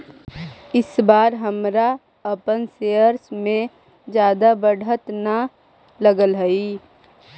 इस बार हमरा अपन शेयर्स में जादा बढ़त न लगअ हई